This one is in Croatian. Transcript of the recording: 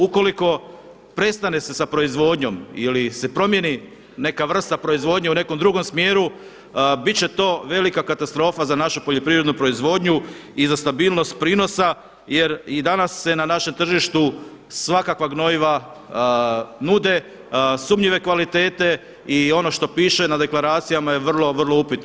Ukoliko se prestane sa proizvodnjom ili se promijeni neka vrsta proizvodnje u nekom drugom smjeru, bit će to velika katastrofa za našu poljoprivrednu proizvodnju i za stabilnost prinosa jer i danas se na našem tržištu svakakva gnojiva nude, sumnjive kvalitete i ono što piše na deklaracijama je vrlo, vrlo upitno.